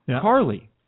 Carly